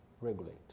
regulate